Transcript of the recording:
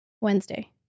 Wednesday